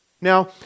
Now